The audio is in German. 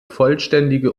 vollständige